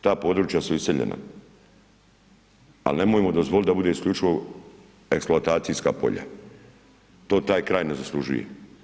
Ta područja su iseljena, al nemojmo dozvolit da bude isključivo eksploatacijska polja, to taj kraj ne zaslužuje.